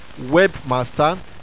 webmaster